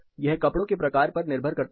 यह कपड़ों के प्रकार पर निर्भर करता है